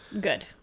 Good